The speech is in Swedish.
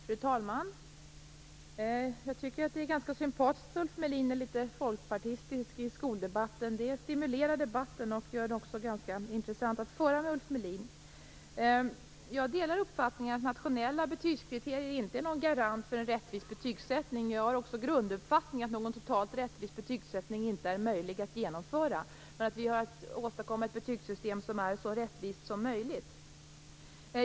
Fru talman! Det är ganska sympatiskt att Ulf Melin är litet folkpartistisk i skoldebatten. Det stimulerar debatten och gör det också ganska intressant att debattera med Ulf Melin. Jag delar uppfattningen att nationella betygskriterier inte är någon garant för en rättvis betygsättning, men jag har också grunduppfattningen att någon totalt rättvis betygsättning inte är möjlig att genomföra men att vi har att åstadkomma ett betygssystem som är så rättvist som möjligt.